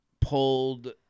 pulled